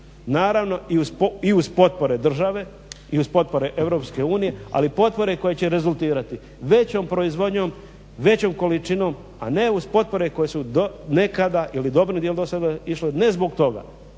Naravno i uz potpore države, i uz potpore EU, ali i potpore koje će rezultirati većom proizvodnjom, većom količinom, a ne uz potpore koje su nekada ili u dobrom dijelu do sada išle ne zbog toga